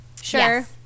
Sure